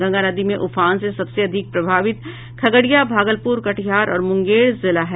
गंगा नदी में उफान से सबसे अधिक प्रभावित खगड़िया भागलपुर कटिहार और मुंगेर जिले हैं